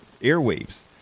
airwaves